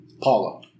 Paula